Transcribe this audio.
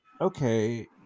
okay